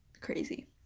crazy